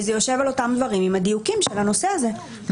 וזה יושב על אותם דברים עם הדיוקים של הנושא הזה,